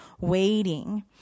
waiting